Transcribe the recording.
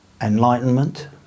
Enlightenment